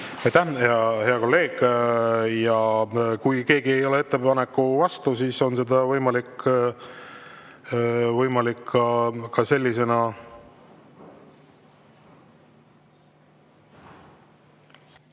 hea kolleeg! Kui keegi ei ole ettepaneku vastu, siis on seda võimalik ka sellisena ...